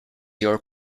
your